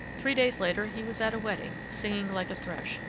three days later, he was at a wedding, singing like a thrush,